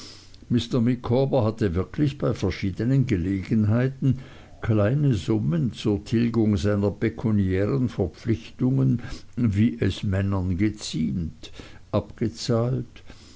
micawber hatte wirklich bei verschiedenen gelegenheiten kleine summen zur tilgung seiner pekuniären verpflichtungen wie es männern geziemt abgezahlt